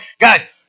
Guys